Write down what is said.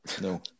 No